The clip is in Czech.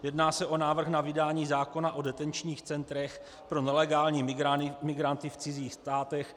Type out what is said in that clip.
Jedná se o návrh na vydání zákona o detenčních centrech pro nelegální migranty v cizích státech.